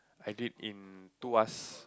I did in tuas